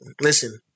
listen